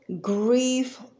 grief